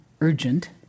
urgent